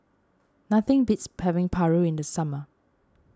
nothing beats paving Paru in the summer